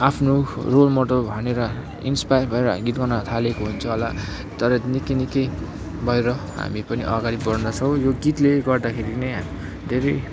आफ्नो role model भनेर inspire भएर गीत गाउन थालेको हुन्छ होला तर निकै निकै भएर हामी पनि अगाडि बढ्दछौँ यो गीतले गर्दाखेरि नै हामी धेरै